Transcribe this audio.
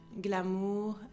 glamour